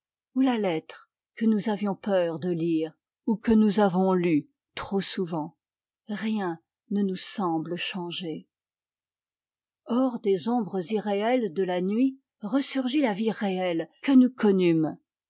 ou la lettre que nous avions peur de lire ou que nous avons lue trop souvent rien ne nous semble changé hors des ombres irréelles de la nuit ressurgit la vie réelle que nous connûmes